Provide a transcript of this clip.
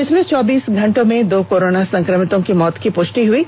पिछले चौबीस घंटे में दो कोरोना संक्रमितों की मौत की पुष्टि हुई है